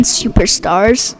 superstars